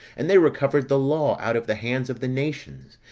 and they recovered the law out of the hands of the nations,